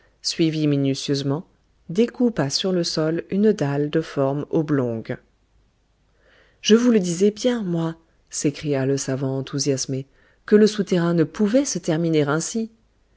minutieusement découpa sur le sol une dalle de forme oblongue je vous le disais bien moi s'écria le savant enthousiasmé que le souterrain ne pouvait se terminer ainsi